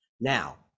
Now